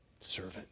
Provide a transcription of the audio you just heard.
servant